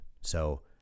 So-